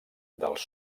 dels